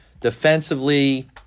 defensively